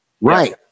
Right